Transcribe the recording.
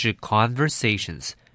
conversations